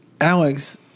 Alex